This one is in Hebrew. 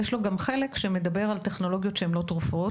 יש לו גם חלק שמדבר על טכנולוגיות שהן לא תרופות.